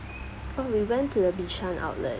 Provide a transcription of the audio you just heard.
oh we went to the bishan outlet